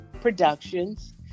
Productions